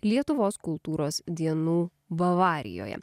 lietuvos kultūros dienų bavarijoje